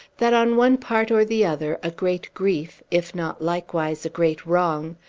that, on one part or the other, a great grief, if not likewise a great wrong,